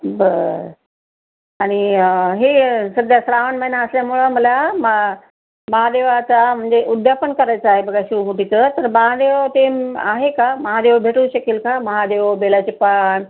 बरं आणि हे सध्या श्रावण महिना असल्यामुळं मला मा महादेवाचा म्हणजे उद्यापन करायचा आहे बघा शिवमुठीचं तर महादेव तेन आहे का महादेव भेटू शकेल का महादेव बेलाचे पान